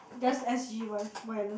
just s_g wifi wireless